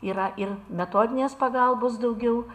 yra ir metodinės pagalbos daugiau